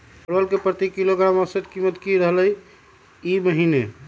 परवल के प्रति किलोग्राम औसत कीमत की रहलई र ई महीने?